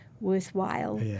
worthwhile